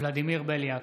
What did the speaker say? ולדימיר בליאק,